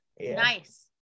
Nice